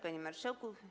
Panie Marszałku!